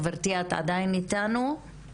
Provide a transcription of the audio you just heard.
גברתי, את עדיין אתנו?